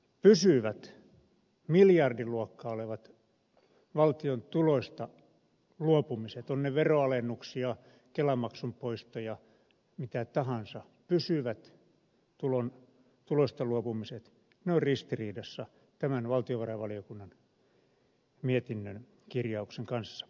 pysyvät miljardiluokkaa olevat valtion tuloista luopumiset ovat ne veronalennuksia kelamaksun poistoja mitä tahansa ovat ristiriidassa tämän valtiovarainvaliokunnan mietinnön kirjauksen kanssa